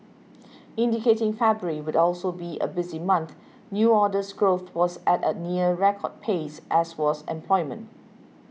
indicating February would also be a busy month new orders growth was at a near record pace as was employment